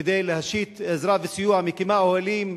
כדי להושיט עזרה וסיוע, מקימה אוהלים,